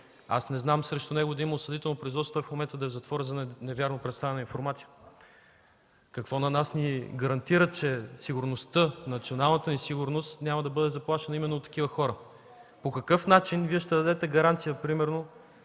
Аз не знам срещу него да има осъдително производство и той в момента да е в затвора за невярно предоставена информация. Какво ни гарантира на нас, че националната ни сигурност няма да бъде заплашена именно от такива хора? По какъв начин Вие ще дадете гаранция примерно,